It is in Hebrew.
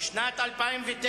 לשנת 2009,